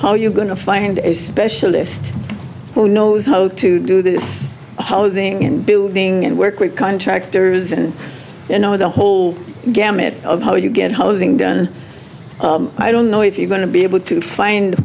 how you're going to find a specialist who knows how to do this housing and building and work with contractors and you know the whole gamut of how you get housing done and i don't know if you're going to be able to find